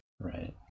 Right